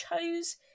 chose